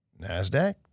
NASDAQ